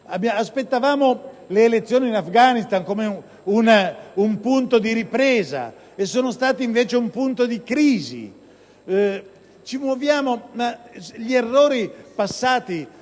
Aspettavamo le elezioni in Afghanistan come un punto di ripresa e sono state, invece, un punto di crisi: